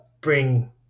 bring